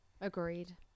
agreed